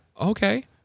Okay